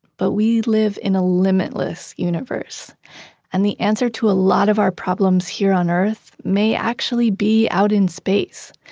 but we live in a limitless universe and the answer to a lot of our problems here on earth may actually be out in space.